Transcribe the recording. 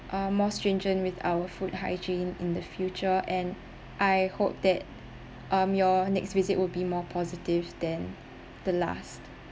are more stringent with our food hygiene in the future and I hope that um your next visit will be more positives than the last